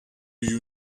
you